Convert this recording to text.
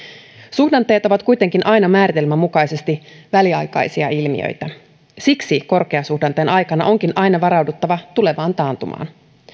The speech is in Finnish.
suhdanteet ovat kuitenkin aina määritelmän mukaisesti väliaikaisia ilmiöitä siksi korkeasuhdanteen aikana onkin aina varauduttava tulevaan taantumaan